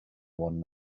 one